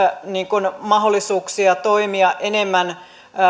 mahdollisuuksia toimia enemmän